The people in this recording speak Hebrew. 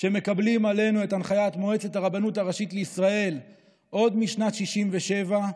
שמקבלים עלינו את הנחיית מועצת הרבנות הראשית לישראל עוד משנת 1967,